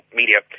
media